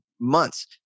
months